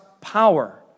power